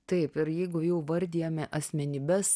taip ir jeigu jau vardijame asmenybes